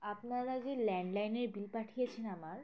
আপনারা যে ল্যান্ডলাইনের বিল পাঠিয়েছেন আমার